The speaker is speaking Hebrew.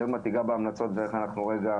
אני עוד מעט אגע בהמלצות ואיך אנחנו כן